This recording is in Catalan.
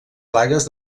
plagues